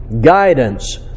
guidance